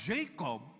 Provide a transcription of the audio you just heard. Jacob